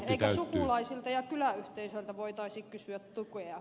eikö sukulaisilta ja kyläyhteisöiltä voitaisi kysyä tukea